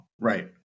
Right